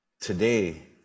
Today